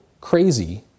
crazy